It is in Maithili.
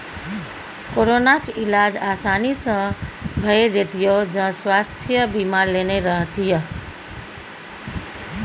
कोरोनाक इलाज आसानी सँ भए जेतियौ जँ स्वास्थय बीमा लेने रहतीह